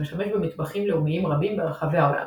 שמשמש במטבחים לאומיים רבים ברחבי העולם.